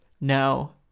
No